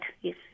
yes